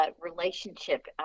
relationship